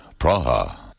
Praha